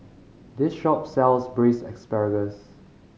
this shop sells Braised Asparagus